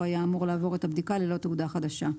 היה אמור לעבור את הבדיקה ללא תעודה חדשה.